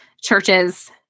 churches